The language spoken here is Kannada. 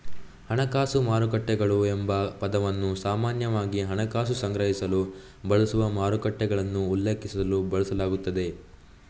ಹಣಕಾಸು ಮಾರುಕಟ್ಟೆಗಳು ಎಂಬ ಪದವನ್ನು ಸಾಮಾನ್ಯವಾಗಿ ಹಣಕಾಸು ಸಂಗ್ರಹಿಸಲು ಬಳಸುವ ಮಾರುಕಟ್ಟೆಗಳನ್ನು ಉಲ್ಲೇಖಿಸಲು ಬಳಸಲಾಗುತ್ತದೆ